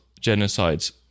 genocides